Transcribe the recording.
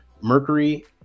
mercury